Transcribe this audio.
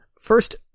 First